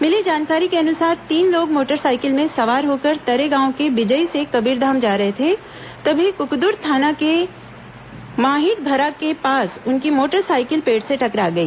मिली जानकारी के अनुसार तीन लोग मोटरसाइकिल में सवार होकर तरेगांव के बिजई से कबीरधाम जा रहे थे तभी कुकदुर थाना के माहीडभरा के पास उनकी मोटरसाइकिल पेड़ से टकरा गई